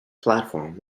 platform